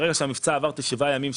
ברגע שהמבצע עבר את השבעה הימים,